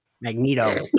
Magneto